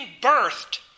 birthed